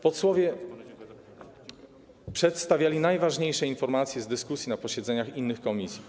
Posłowie przedstawiali najważniejsze informacje z dyskusji na posiedzeniach innych komisji.